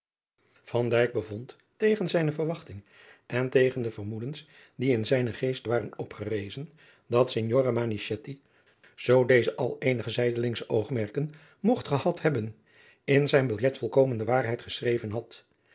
bevond tegen zijne verwachting en tegen de vermoedens die in zijnen geest waren opgerezen dat signore manichetti schoon deze al eenige zijdelingsche oogmerken mogt gehad hebben in zijn biljet volkomen de waarheid geschreven had